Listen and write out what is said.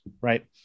right